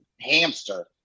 hamster